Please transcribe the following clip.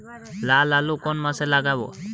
লাল আলু কোন মাসে লাগাব?